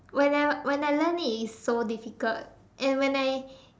when I when I learnt it it's so difficult and when I